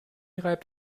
reibt